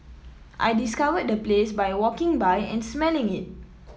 I discovered the place by walking by and smelling it